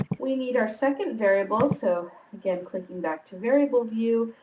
we need our second variable, so again clicking back to variable view,